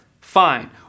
Fine